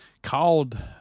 called